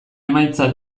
emaitza